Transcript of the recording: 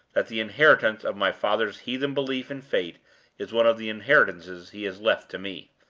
that the inheritance of my father's heathen belief in fate is one of the inheritances he has left to me.